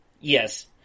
Yes